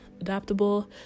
adaptable